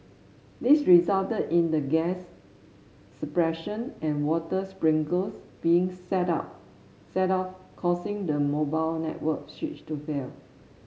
this resulted in the gas suppression and water sprinklers being set off set off causing the mobile network switch to fail